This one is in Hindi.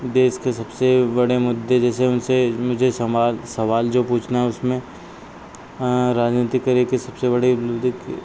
देश के सबसे बड़े मुद्दे जैसे उनसे मुझे समाल सवाल जो पूछना है उसमें राजनैतिक कैरियर के सबसे बड़े मुद्दे के